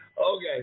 Okay